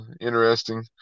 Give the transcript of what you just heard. interesting